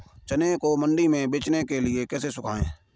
चने को मंडी में बेचने के लिए कैसे सुखाएँ?